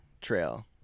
trail